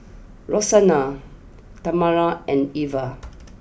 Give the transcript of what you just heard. Roxanna Tamala and Eva